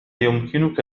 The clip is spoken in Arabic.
يمكنك